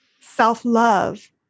self-love